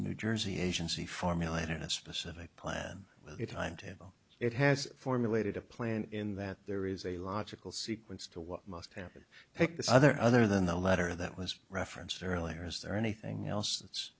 new jersey agency formulated a specific plan with a timetable it has formulated a plan in that there is a logical sequence to what must happen take the other other than the letter that was referenced earlier is there anything else that's